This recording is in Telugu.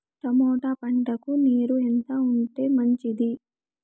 టమోటా పంటకు నీరు ఎంత ఉంటే మంచిది?